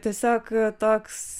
tiesiog toks